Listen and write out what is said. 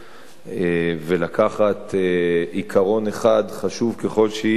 ולקחת עיקרון אחד, חשוב ככל שיהיה,